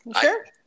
Sure